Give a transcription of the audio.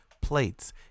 plates